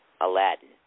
Aladdin